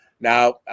Now